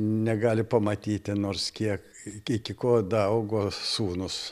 negali pamatyti nors kiek iki ko daaugo sūnus